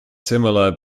similar